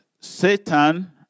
Satan